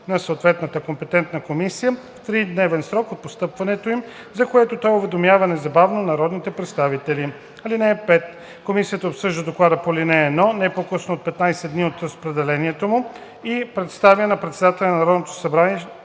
на съответната компетентна комисия в тридневен срок от постъпването им, за което той уведомява незабавно народните представители. (5) Комисията обсъжда доклада по ал. 1 не по-късно от 15 дни от разпределението му и представя на председателя на Народното събрание